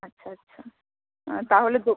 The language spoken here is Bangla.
আচ্ছা আচ্ছা তাহলে তো